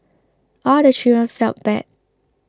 all the children felt bad